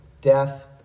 death